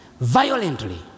violently